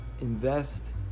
invest